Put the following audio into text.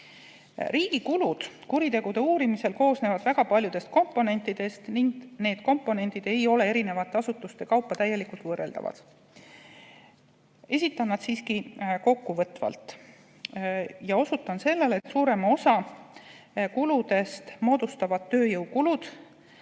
Riigi kulud kuritegude uurimisel koosnevad väga paljudest komponentidest ning need komponendid ei ole eri asutuste kaupa täielikult võrreldavad. Esitan nad siiski kokkuvõtvalt ja osutan sellele, et suurema osa kuludest moodustavad tööjõukulud